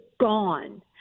gone